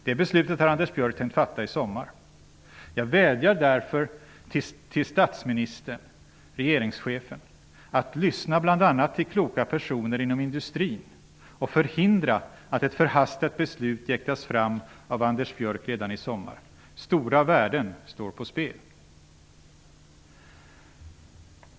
Det beslutet har Anders Björck tänkt fatta i sommar. Jag vädjar därför till statsministern -- regeringschefen -- att lyssna bl.a. till kloka personer inom industrin och förhindra att ett förhastat beslut jäktas fram av Anders Björck redan i sommar. Stora värden står på spel.